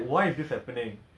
oh ya ya ya ya ya